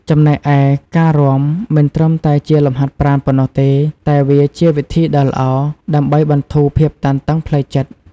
ចំណែកឯ ការរាំមិនត្រឹមតែជាលំហាត់ប្រាណប៉ុណ្ណោះទេ តែវាជាវិធីដ៏ល្អដើម្បី បន្ធូរភាពតានតឹងផ្លូវចិត្ត។